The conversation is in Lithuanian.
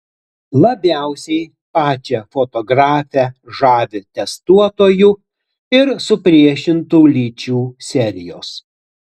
labiausiai pačią fotografę žavi testuotojų ir supriešintų lyčių serijos